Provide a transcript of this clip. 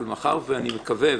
מאחר שאני מקווה,